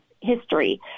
history